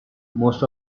most